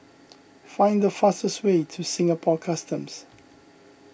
find the fastest way to Singapore Customs